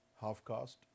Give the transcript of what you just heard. half-caste